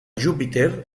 júpiter